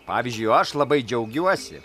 pavyzdžiui aš labai džiaugiuosi